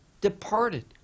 departed